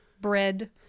bread